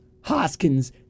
Hoskins